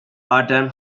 adam